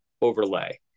overlay